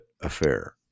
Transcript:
affair